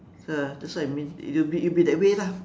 ya that's what it mean it'll be it'll be that way lah